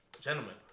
gentlemen